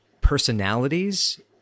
personalities